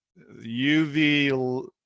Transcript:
UV